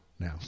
now